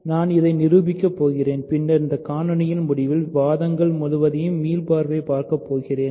நான் இதை நிரூபிக்கப் போகிறேன் பின்னர் இந்த காணொளியின் முடிவில் வாதங்களின் முழுவதையும் மீள்பார்வை பார்க்கப்போ கிறென்